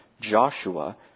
Joshua